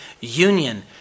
union